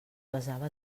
besava